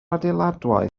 adeiladwaith